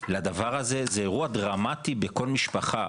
זה אירוע דרמטי בכל משפחה,